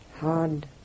hard